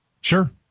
sure